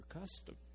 custom